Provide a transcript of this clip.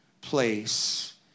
place